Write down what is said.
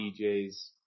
DJs